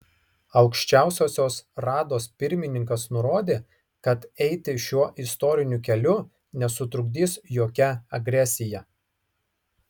aukščiausiosios rados pirmininkas nurodė kad eiti šiuo istoriniu keliu nesutrukdys jokia agresija